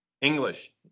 English